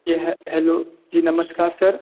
यह हलो जी नमस्कार सर